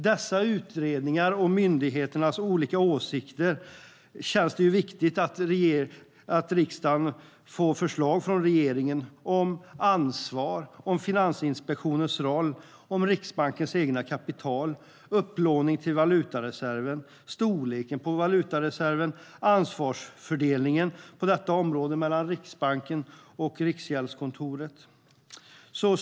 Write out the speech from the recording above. Dessa utredningar och myndigheternas olika åsikter gör att det känns viktigt att riksdagen får förslag från regeringen om ansvar, Finansinspektionens roll, Riksbankens egna kapital, upplåning till valutareserven, storleken på valutareserven och ansvarsfördelningen på detta område mellan Riksbanken och Riksgäldskontoret. Herr talman!